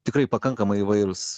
tikrai pakankamai įvairūs